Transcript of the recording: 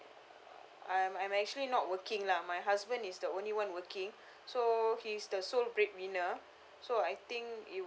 I'm I'm actually not working lah my husband is the only [one] working so he's the sole bread winner so I think it'll